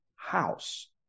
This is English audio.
house